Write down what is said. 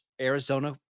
Arizona